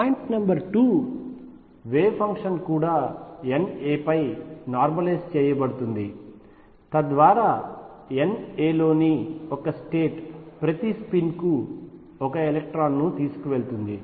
point number 2 wave function కూడా N a పై normalise చేయబడుతుంది తద్వారా N a లోని ఒక స్టేట్ ప్రతి స్పిన్ కు ఒక ఎలక్ట్రాన్ ను తీసుకువెళుతుంది